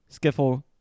Skiffle